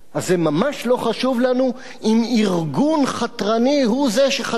אז זה ממש לא חשוב לנו אם ארגון חתרני הוא זה שחצה